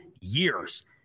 years